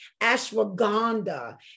ashwagandha